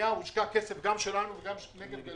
הנגב והגליל,